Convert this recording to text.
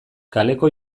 kaleko